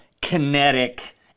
kinetic